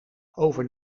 over